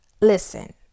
Listen